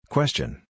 Question